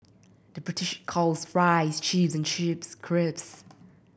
the British calls fries chips and chips crisps